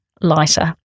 lighter